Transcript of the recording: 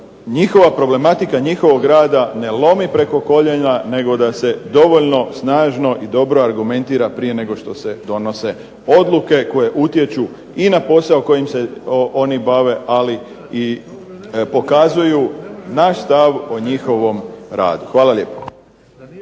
njihova problematika njihovog rada ne lomi preko koljena nego da se dovoljno snažno i dobro argumentira prije nego što se donose odluke koje utječu i na posao kojim se oni bave, ali i pokazuju naš stav o njihovom radu. Hvala lijepo.